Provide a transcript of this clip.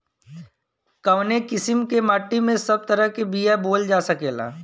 कवने किसीम के माटी में सब तरह के बिया बोवल जा सकेला?